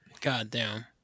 Goddamn